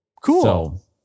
Cool